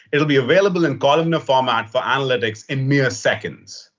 it'll be available in columnar format for analytics in mere seconds.